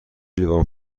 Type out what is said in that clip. لیوان